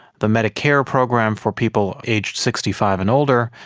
the medicare program for people aged sixty five and older,